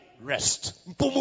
Rest